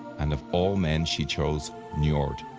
and of all men, she chose njord,